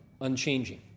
unchanging